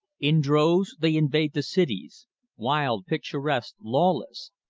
in droves they invade the cities wild, picturesque, lawless.